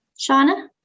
Shana